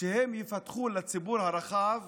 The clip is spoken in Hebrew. שהם ייפתחו לציבור הרחב